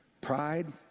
pride